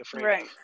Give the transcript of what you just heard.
Right